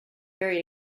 very